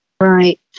right